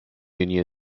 union